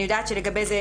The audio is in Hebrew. אני יודעת שלגבי פה,